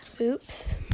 oops